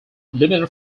limited